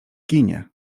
ginie